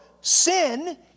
sin